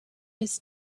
his